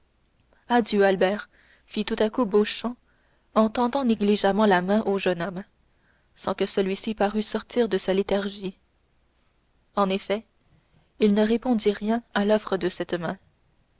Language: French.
adieu albert fit tout à coup beauchamp en tendant négligemment la main au jeune homme sans que celui-ci parût sortir de sa léthargie en effet il ne répondit rien à l'offre de cette main